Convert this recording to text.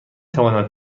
توانم